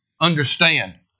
understand